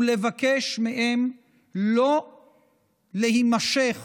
ולבקש מהם לא להימשך